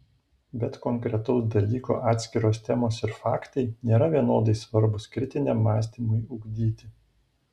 bet konkretaus dalyko atskiros temos ir faktai nėra vienodai svarbūs kritiniam mąstymui ugdyti